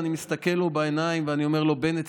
אני מסתכל לו בעיניים ואומר לו: בנט,